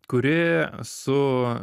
kuri su